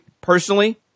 personally